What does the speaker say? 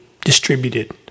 distributed